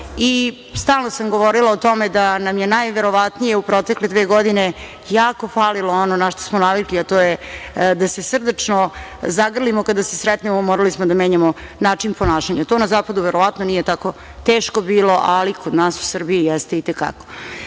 okuplja. Stalno sam govorila o tome da nam je najverovatnije u protekle dve godine jako falilo ono na šta smo navikli, a to je da se srdačno zagrlimo kada se sretnemo. Morali smo da menjamo način ponašanja. To na zapadu verovatno nije tako teško bilo, ali kod nas u Srbiji jeste i te